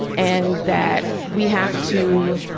and that we have to.